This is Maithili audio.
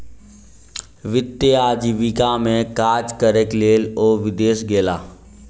वित्तीय आजीविका में काज करैक लेल ओ विदेश गेला